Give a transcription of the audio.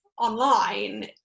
online